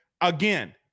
Again